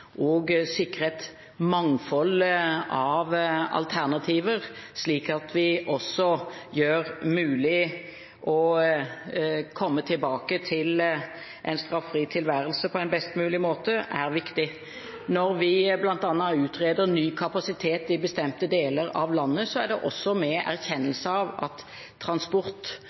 og et mangfold av alternativer, slik at vi også gjør det mulig å komme tilbake til en straffri tilværelse på en best mulig måte, er viktig. Når vi bl.a. utreder ny kapasitet i bestemte deler av landet, er det også med en erkjennelse av at transport